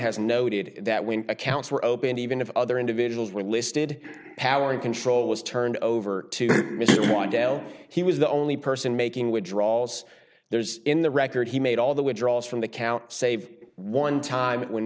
has noted that when accounts were opened even if other individuals were listed power and control d was turned over to mr mondale he was the only person making withdrawals there's in the record he made all the withdrawals d from the count save one time when